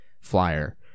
flyer